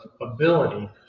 ability